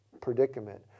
predicament